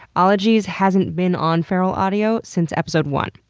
ologies hasn't been on feral audio since episode one.